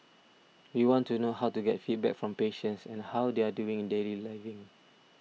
we want to know how to get feedback from patients and how they are doing in daily living